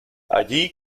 allí